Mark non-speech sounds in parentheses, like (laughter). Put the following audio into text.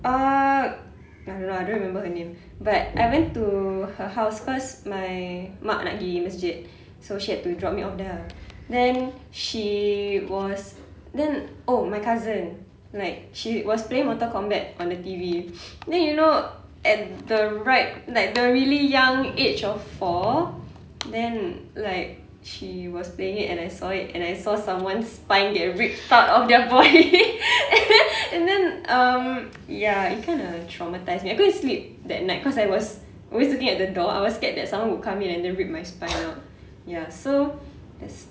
uh I don't know ah I don't remember her name but I went to her house cause my mak nak pergi masjid so she had to drop me off there ah then she was then oh my cousin like she was playing Mortal Kombat on the T_V then you know at the ripe at the really young age of four then like she was playing it and I saw it and I saw someone's spine get ripped out of their body (laughs) and then um ya it kinda traumatised me I couldn't sleep that night cause I was always looking at the door I was scared that someone would come in and then rip my spine out ya so that's